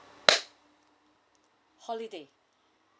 holiday